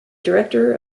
director